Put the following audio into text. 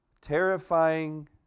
terrifying